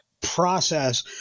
process